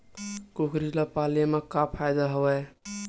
कुकरी ल पाले म का फ़ायदा हवय?